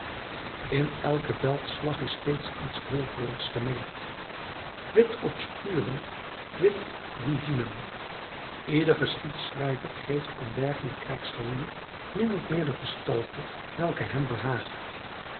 in elken veldslag is steeds iets wolkerigs gemengd quid obscurum quid divinum ieder geschiedschrijver geeft aan dergelijk krijgsgewoel min of meer de gestalte welke hem behaagt